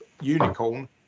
unicorn